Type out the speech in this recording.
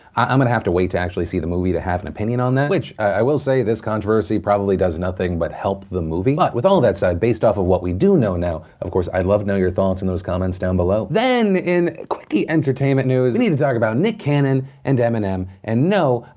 i'm gonna have to wait to actually see the movie to have an opinion on that. which, i will say, this controversy probably does nothing but help the movie. but, with all that said, based off of what we do know now, of course, i'd love to know your thoughts in those comments down below. then, in quickie entertainment news, we need to talk about nick cannon and eminem and no,